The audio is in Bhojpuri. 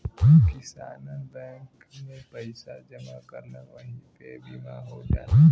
किसानन बैंक में पइसा जमा करलन वही पे बीमा हो जाला